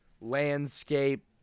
landscape